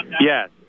Yes